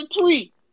tweet